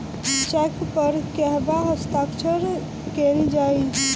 Check पर कहवा हस्ताक्षर कैल जाइ?